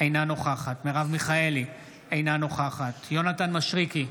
אינה נוכחת מרב מיכאלי, אינה נוכחת יונתן מישרקי,